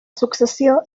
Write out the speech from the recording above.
successió